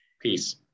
Peace